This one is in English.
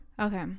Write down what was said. okay